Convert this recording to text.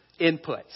inputs